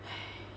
hai~